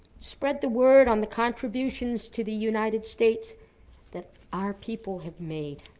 spread the word on the contributions to the united states that our people have made.